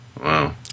Wow